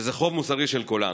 שזה חוב מוסרי של כולנו.